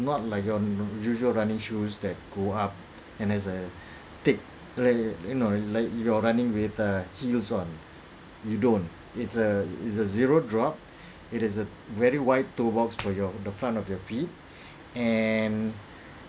not like your usual running shoes that go up and as a thick layer you know like if you are running with a heels one you don't it's a it's a zero drop it has a very wide toe box for your the front of your feet and